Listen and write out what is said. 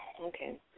Okay